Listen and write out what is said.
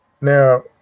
Now